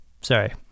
sorry